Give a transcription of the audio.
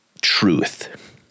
truth